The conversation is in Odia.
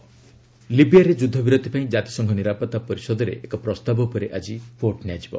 ଲିବିଆ ଲିବିଆରେ ଯୁଦ୍ଧବିରତି ପାଇଁ ଜାତିସଂଘ ନିରାପତ୍ତା ପରିଷଦରେ ଏକ ପ୍ରସ୍ତାବ ଉପରେ ଆଜି ଭୋଟ ନିଆଯିବ